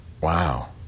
Wow